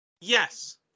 Yes